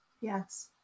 Yes